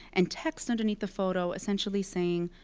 and text underneath the photo essentially saying,